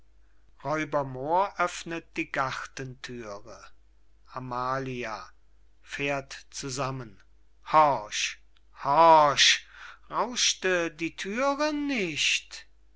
öffnet die gartenthüre amalia fährt zusammen horch horch rauschte die thüre nicht